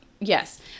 Yes